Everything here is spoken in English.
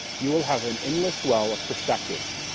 you will have an endless well of perspective.